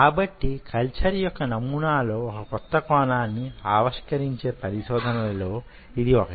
కాబట్టి కల్చర్ యొక్క నమూనా లో ఒక క్రొత్త కోణాన్ని ఆవిష్కరించే పరిశోధనలలో ఇది ఒకటి